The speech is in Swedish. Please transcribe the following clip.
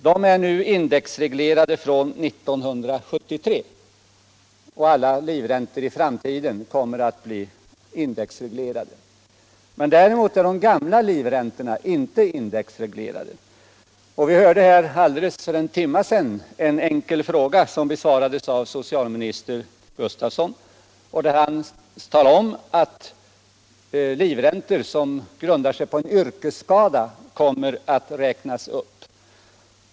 De är nu indexreglerade från 1973, och alla livräntor i framtiden kommer att vara indexreglerade. Däremot är de gamla livräntorna inte indexreglerade. Vi hörde bara för en timme sedan en fråga besvaras av socialminister Gustavsson, varvid han talade om, att livräntor som grundar sig på en yrkesskada kommer att räknas upp.